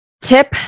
Tip